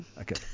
Okay